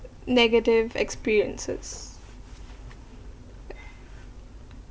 negative experiences